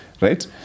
right